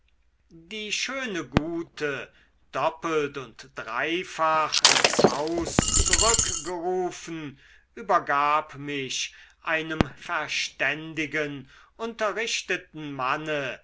die schöne gute doppelt und dreifach ins haus zurückgerufen übergab mich einem verständigen unterrichteten manne